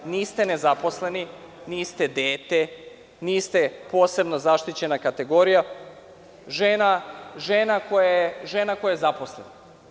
Niste nezaposleni, niste dete, niste posebno zaštićena kategorija žena, žena koja je zaposlena.